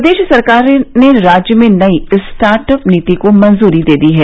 प्रदेश सरकार ने राज्य में नई स्टार्ट अप नीति को मंजूरी दे दी है